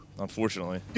Unfortunately